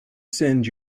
send